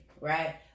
right